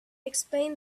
explained